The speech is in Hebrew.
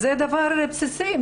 זה דבר בסיסי,